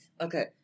Okay